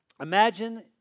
imagine